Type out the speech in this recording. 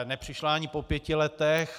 Nepřišla ani po pěti letech.